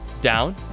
down